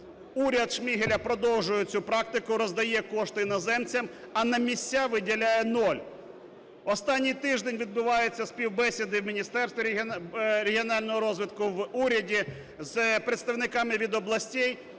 Уряд Шмигаля продовжує цю практику, роздає кошти іноземцям, а на місця виділяє нуль. Останній тиждень відбуваються співбесіди в Міністерстві регіонального розвитку, в уряді з представниками від областей